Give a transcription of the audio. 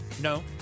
No